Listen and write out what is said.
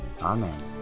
Amen